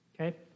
okay